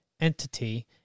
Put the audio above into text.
entity